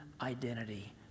identity